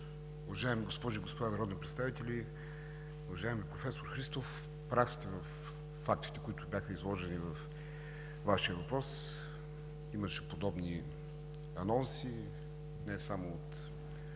уважаеми госпожи и господа народни представители! Уважаеми професор Христов, прав сте във фактите, които бяха изложени във Вашия въпрос. Имаше подобни анонси не само от